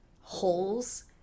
holes